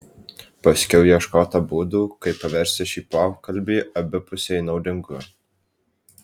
paskiau ieškota būdų kaip paversti šį pokalbį abipusiai naudingu